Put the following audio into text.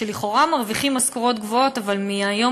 שלכאורה מרוויחים משכורות גבוהות אבל מהיום